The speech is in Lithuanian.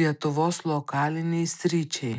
lietuvos lokalinei sričiai